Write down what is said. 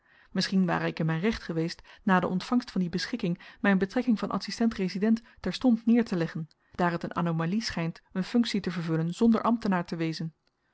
misschien ware ik in myn recht geweest na de ontvangst van die beschikking myn betrekking van adsistent resident terstond neerteleggen daar het een anomalie schynt een funktie te vervullen zonder ambtenaar te wezen